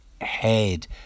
head